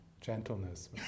gentleness